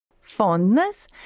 Fondness